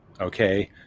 okay